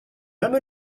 même